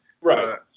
Right